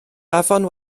afon